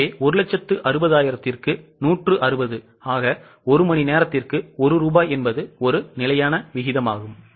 எனவே 160000 க்கு 160 ஆக ஒரு மணி நேரத்திற்கு 1 ரூபாய் என்பது ஒரு நிலையான வீதமாகும்